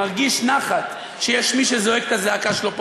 מרגיש נחת שיש מי שזועק את הזעקה שלו פה